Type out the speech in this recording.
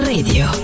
Radio